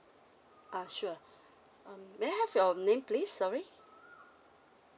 uh sure um may I have your name please sorry